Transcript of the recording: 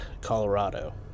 Colorado